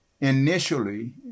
initially